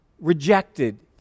rejected